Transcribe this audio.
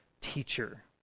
teacher